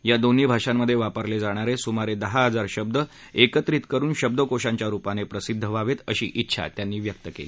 या दोन्ही भाषांमधे वापरले जाणारे सुमारे दहा हजार शब्द एकत्रित करुन शब्दकोशांच्या रुपाने प्रसिद्ध व्हावेत अशी डिछा त्यांनी व्यक्त केली